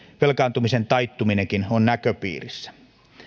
velkaantumisen taittuminenkin on näköpiirissä